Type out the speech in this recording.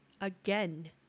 again